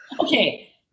Okay